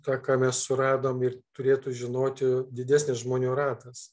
tą ką mes suradom ir turėtų žinoti didesnis žmonių ratas